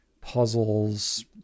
puzzles